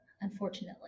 unfortunately